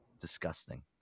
Disgusting